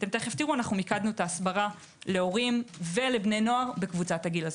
מיקדנו את ההסברה להורים ולבני נוער בקבוצת הגיל הזו.